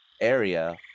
area